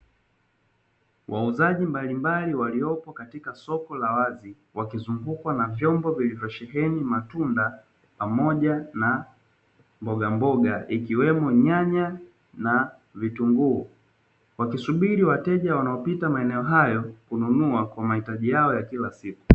Wauzaji mbalimbali waliopo katika soko la wazi wakizungukwa na vyombo vilivyosheheni matunda pamoja na mbogamboga ikiwemo nyanya na vitunguu, wakisubiri wateja wanaopita maeneo hayo kununua kwa ajili ya mahitaji yao ya kila siku.